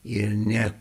ir ne